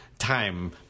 Time